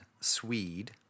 Swede